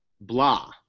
blah